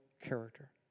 character